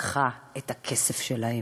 לקחה את הכסף שלהם.